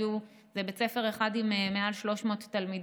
זה בית ספר אחד עם מעל 300 תלמידים,